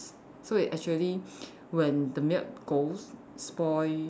so it actually when the milk goes spoil